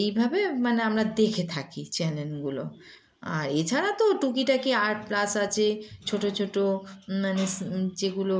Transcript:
এইভাবে মানে আমরা দেখে থাকি চ্যানেলগুলো আর এছাড়া তো টুকিটাকি আর প্লাস আছে ছোট ছোট মানে যেগুলো